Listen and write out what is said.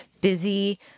busy